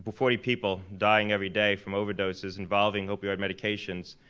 but forty people dying every day from overdoses involving opioid medications,